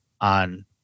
on